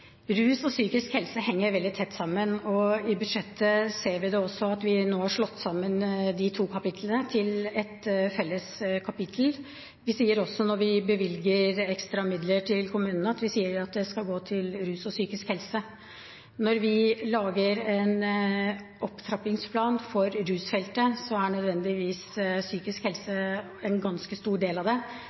Rus og psykisk helse henger veldig tett sammen. I budsjettet ser man at vi nå har slått sammen de to kapitlene til ett felles kapittel. Vi sier også når vi bevilger ekstra midler til kommunene, at de skal gå til rusfeltet og psykisk helse. Når vi lager en opptrappingsplan for rusfeltet, er nødvendigvis psykisk helse en ganske stor del av det,